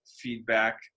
feedback